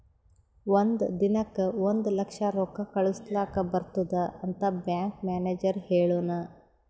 ಒಂದ್ ದಿನಕ್ ಒಂದ್ ಲಕ್ಷ ರೊಕ್ಕಾ ಕಳುಸ್ಲಕ್ ಬರ್ತುದ್ ಅಂತ್ ಬ್ಯಾಂಕ್ ಮ್ಯಾನೇಜರ್ ಹೆಳುನ್